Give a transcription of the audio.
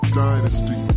dynasty